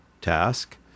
task